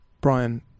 brian